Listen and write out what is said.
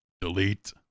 delete